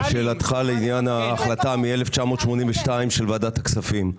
לשאלתך לעניין ההחלטה מ-1982 של ועדת הכספים.